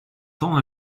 temps